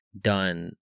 done